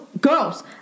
girls